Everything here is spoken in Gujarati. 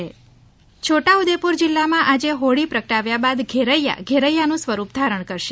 છોટા ઉદેપુર હોળી છોટા ઉદેપુર જિલ્લામાં આજે હોળી પ્રગટાવ્યા બાદ ઘેરૈયા ઘેરૈયાનું સ્વરૂપ ધારણ કરશે